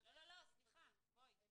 סליחה, הם